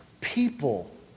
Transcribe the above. People